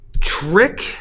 trick